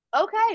Okay